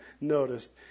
noticed